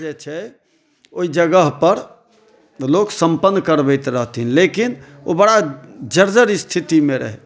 जे छै ओइ जगहपर लोक सम्पन्न करबति रहथिन लेकिन ओ बड़ा जर्जर स्थितिमे रहै